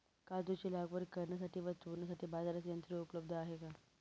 काजूची लागवड करण्यासाठी व तोडण्यासाठी बाजारात यंत्र उपलब्ध आहे का?